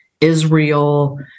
Israel